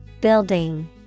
Building